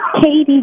Katie